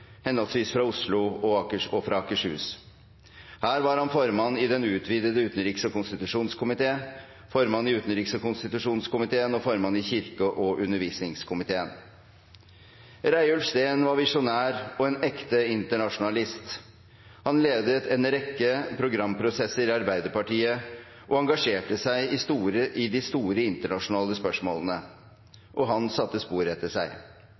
henholdsvis fra Oslo og Akershus. Her var han formann i Den utvidede utenriks- og konstitusjonskomité, formann i utenriks- og konstitusjonskomiteen og formann i kirke- og undervisningskomiteen. Reiulf Steen var visjonær og en ekte internasjonalist. Han ledet en rekke programprosesser i Arbeiderpartiet, og engasjerte seg i de store internasjonale spørsmålene. Og han satte spor etter seg.